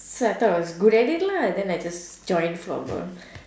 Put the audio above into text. so I thought I was good at it lah then I just join floorball